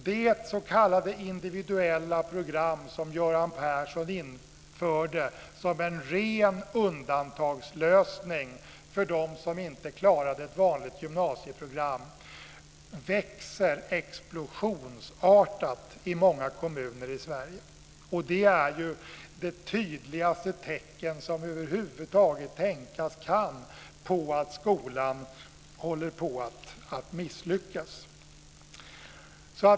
Det s.k. individuella program som Göran Persson införde som en ren undantagslösning för dem som inte klarade ett vanligt gymnasieprogram växer explosionsartat i många kommuner i Sverige. Det är det tydligaste tecken som över huvud taget tänkas kan på att skolan håller på att misslyckas.